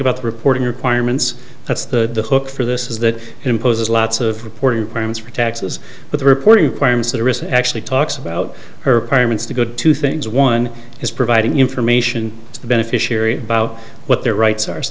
about reporting requirements that's the hook for this is that imposes lots of reporting requirements for taxes but the reporting requirements that are is actually talks about her parents to good two things one is providing information to the beneficiary about what their rights are so